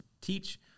teach